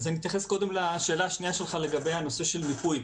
אני אתייחס קודם לשאלה השנייה שלך בנושא מיפוי.